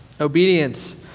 Obedience